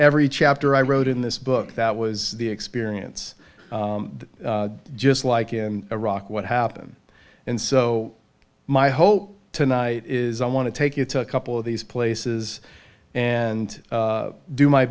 every chapter i wrote in this book that was the experience just like in iraq what happened and so my hope tonight is i want to take you to a couple of these places and do my